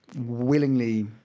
willingly